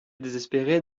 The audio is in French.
désespérée